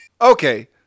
okay